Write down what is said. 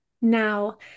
now